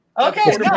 Okay